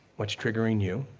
what's triggering you,